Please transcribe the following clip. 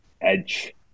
edge